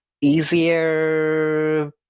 Easier